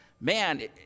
man